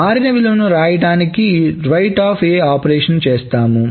మారిన విలువను రాయడానికి write ఆపరేషన్ని చేస్తాము